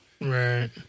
Right